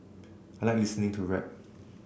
I like listening to rap